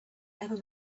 ever